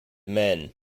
men